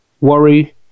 worry